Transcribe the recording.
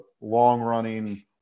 long-running